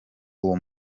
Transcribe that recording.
uwo